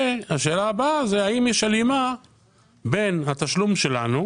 השאלה הבאה היא: האם יש הלימה בין התשלום שלנו,